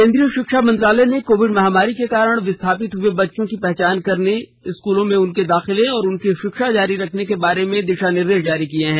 केन्द्रीय शिक्षा मंत्रालय ने कोविड महामारी के कारण विस्थापित हुए बच्चों की पहचान करने स्कूल में उनके दाखिले और उनकी शिक्षा जारी रखने के बारे में दिशानिर्देश जारी किए हैं